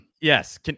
Yes